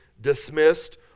dismissed